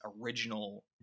original